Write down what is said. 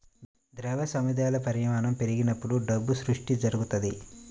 ద్రవ్య సముదాయాల పరిమాణం పెరిగినప్పుడు డబ్బు సృష్టి జరుగుతది